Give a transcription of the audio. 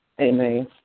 Amen